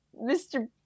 Mr